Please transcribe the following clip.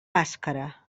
bàscara